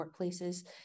workplaces